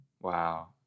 Wow